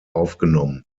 aufgenommen